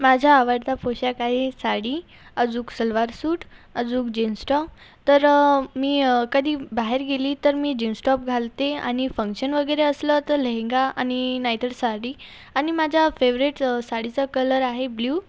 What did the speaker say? माझा आवडता पोषाक आहे साडी अजून सलवार सूट अजून जीन्स टॉप तर तर मी कधी बाहेर गेले तर मी जीन्स टॉप घालते आणि फंक्शन वगैरे असलं तर लेहंगा आणि नाहीतर साडी आणि माझ्या फेवरेट साडीचा कलर आहे ब्ल्यू